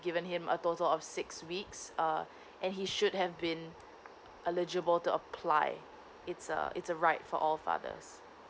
given him a total of six weeks uh and he should have been eligible to apply it's a it's a right for all fathers